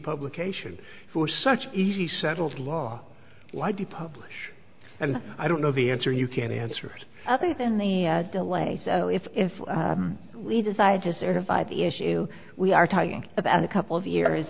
publication for such easy settled law why do you publish and i don't know the answer you can answers other than the delay so if if we decide to certify the issue we are talking about a couple of years